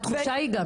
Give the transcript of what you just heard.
התחושה היא גם